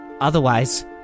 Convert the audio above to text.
Otherwise